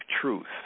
truth